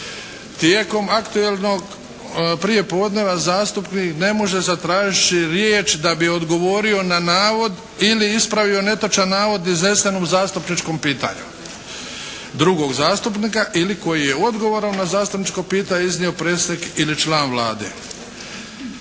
Tijekom Aktualnog prijepodneva zastupnik ne može zatražiti riječ da bi odgovorio na navod ili ispravio netočan navod iznesen u zastupničkom pitanju drugog zastupnika ili koji je odgovorom na zastupničko pitanje iznio predsjednik ili član Vlade.